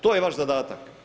To je vaš zadatak.